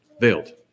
veiled